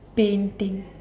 painting